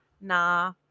nah